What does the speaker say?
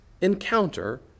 encounter